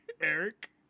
Eric